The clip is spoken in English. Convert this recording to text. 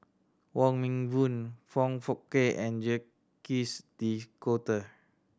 Wong Meng Voon Foong Fook Kay and Jacques De Coutre